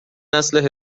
نسل